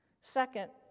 Second